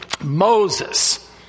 Moses